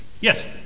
Yes